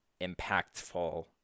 impactful